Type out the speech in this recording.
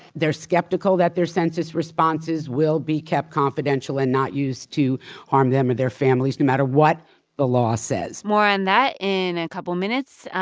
they're skeptical that their census responses will be kept confidential and not used to harm them or their families, no matter what the law says more on that in a couple minutes.